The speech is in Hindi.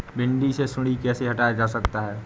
भिंडी से सुंडी कैसे हटाया जा सकता है?